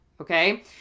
Okay